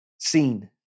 seen